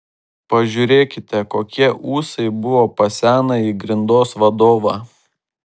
pažiūrėkite kokie ūsai buvo pas senąjį grindos vadovą